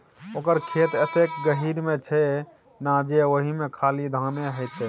ओकर खेत एतेक गहीर मे छै ना जे ओहिमे खाली धाने हेतै